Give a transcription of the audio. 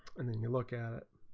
and when you look at